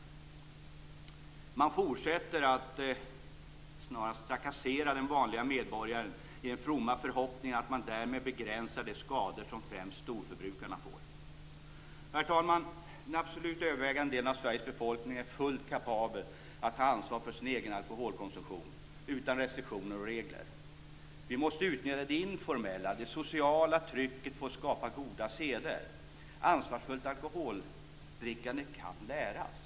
Man fortsätter att snarast trakassera den vanliga medborgaren i den fromma förhoppningen att man därmed begränsar de skador som främst storförbrukarna får. Herr talman! Den absolut övervägande delen av Sveriges befolkning är fullt kapabel att ta ansvar för sin egen alkoholkonsumtion utan restriktioner och regler. Vi måste utnyttja det informella, det sociala trycket, för att skapa goda seder. Ansvarsfullt alkoholdrickande kan läras.